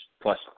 plus